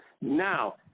now